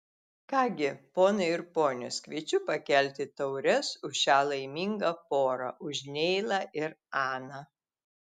ką gi ponai ir ponios kviečiu pakelti taures už šią laimingą porą už neilą ir aną